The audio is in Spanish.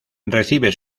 recibe